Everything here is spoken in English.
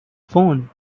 phone